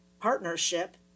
partnership